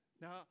Now